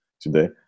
today